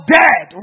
dead